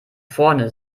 vorne